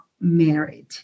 married